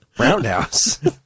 roundhouse